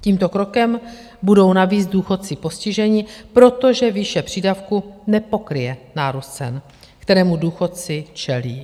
Tímto krokem budou navíc důchodci postiženi, protože výše přídavku nepokryje nárůst cen, kterému důchodci čelí.